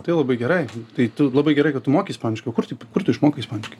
tai labai gerai tai tu labai gerai kad tu moki ispaniškai o kur tu kur tu išmokai ispaniškai